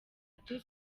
eshatu